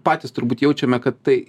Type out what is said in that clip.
patys turbūt jaučiame kad tai